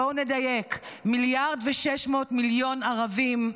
בואו נדייק, מיליארד ו-600 מיליון ערבים,